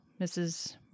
Mrs